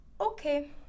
okay